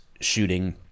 shooting